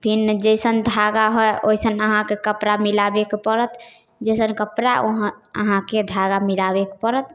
फेर जइसन धागा होइ ओइसन अहाँके कपड़ा मिलाबेके पड़त जइसन कपड़ा अहाँके धागा मिलाबेके पड़त